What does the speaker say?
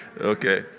Okay